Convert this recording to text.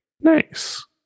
Nice